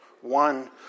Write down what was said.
One